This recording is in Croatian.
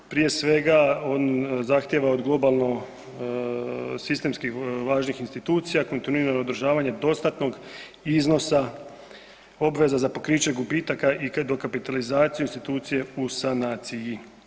Prije svega on zahtjeva od globalno sistemskih važnih institucija kontinuirano održavanje dostatnog iznosa obveza za pokriće gubitaka i dokapitalizaciju institucije u sanaciji.